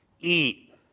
eat